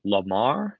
Lamar